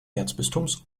erzbistums